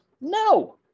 No